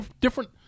different